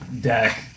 deck